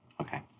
Okay